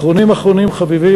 אחרונים אחרונים חביבים,